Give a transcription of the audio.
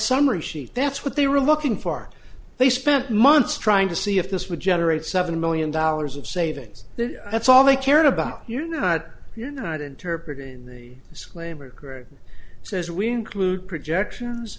summary sheet that's what they were looking for they spent months trying to see if this would generate seven million dollars of savings that's all they cared about you know what you're not interpret in the disclaimer says we include projections